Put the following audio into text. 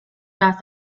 das